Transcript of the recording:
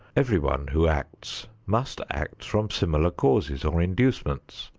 everyone who acts must act from similar causes or inducements.